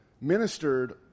ministered